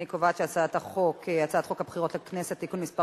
אני קובעת שהצעת חוק הבחירות לכנסת (תיקון מס'